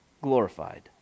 glorified